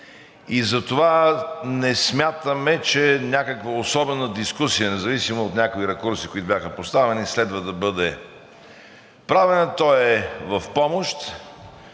Затова не смятаме, че е някаква особена дискусия, независимо от някои ракурси, които бяха поставени, следва да бъде правена. Той е в помощ